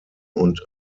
und